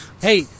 Hey